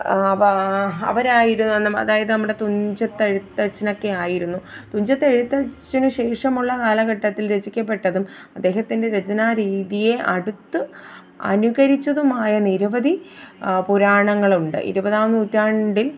അവരാ അവരായിരു അതായത് നമ്മുടെ തുഞ്ചത്തെഴുത്തച്ഛനൊക്കെയായിരുന്നു തുഞ്ചത്തെഴുത്തച്ഛനു ശേഷമുള്ള കാലഘട്ടത്തില് രചിക്കപ്പെട്ടതും അദ്ദേഹത്തിന്റെ രചനാ രീതിയെ അടുത്ത് അനുകരിച്ചതുമായ നിരവധി പുരാണങ്ങളുണ്ട് ഇരുപതാം നൂറ്റാണ്ടില്